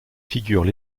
figures